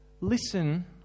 listen